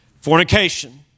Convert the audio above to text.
Fornication